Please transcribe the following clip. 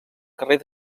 carrer